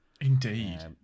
Indeed